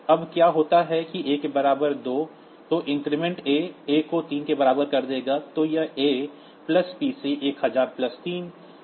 अब क्या होता है कि A के बराबर 2 तो इंक्रीमेंट A A को 3 के बराबर कर देगा तो यह A प्लस PC 10003 1003 है